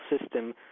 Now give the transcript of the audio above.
system –